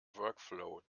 workflow